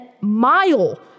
mile